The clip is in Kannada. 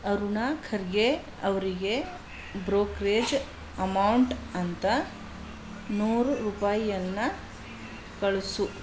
ಅರುಣ ಖರ್ಗೆ ಅವರಿಗೆ ಬ್ರೋಕ್ರೇಜ್ ಅಮೌಂಟ್ ಅಂತ ನೂರು ರೂಪಾಯಿಯನ್ನ ಕಳಿಸು